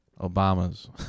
Obama's